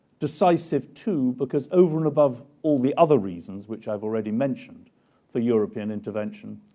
decisive too, because over and above all the other reasons which i've already mentioned for european intervention,